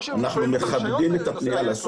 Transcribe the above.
אנחנו מכבדים את הפנייה לשר,